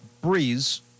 Breeze